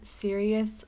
serious